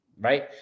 right